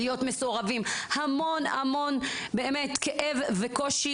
המון כאב וקושי,